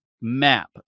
map